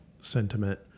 sentiment